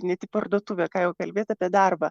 net į parduotuvę ką jau kalbėt apie darbą